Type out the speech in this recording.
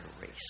race